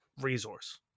resource